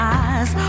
eyes